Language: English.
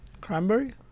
Cranberry